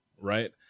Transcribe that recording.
right